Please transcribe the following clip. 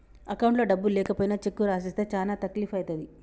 అకౌంట్లో డబ్బులు లేకపోయినా చెక్కు రాసిస్తే చానా తక్లీపు ఐతది